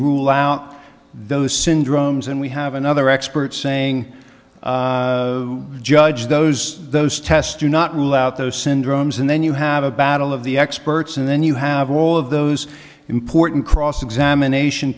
rule out those syndromes and we have another expert saying judge those those tests do not rule out those syndromes and then you have a battle of the experts and then you have all of those important cross examination